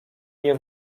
nie